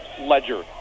ledger